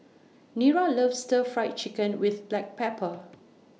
Nira loves Stir Fry Chicken with Black Pepper